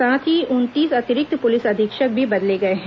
साथ ही उनतीस अतिरिक्त पुलिस अधीक्षक भी बदले गए हैं